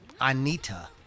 Anita